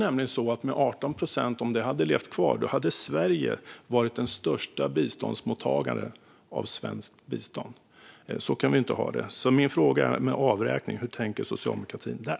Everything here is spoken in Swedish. Om 18 procent hade levt kvar hade Sverige varit den största mottagaren av svenskt bistånd. Så kan vi inte ha det. Min fråga gäller avräkningen. Hur tänker socialdemokratin där?